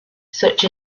such